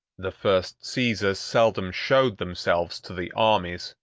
the first caesars seldom showed themselves to the armies,